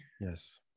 yes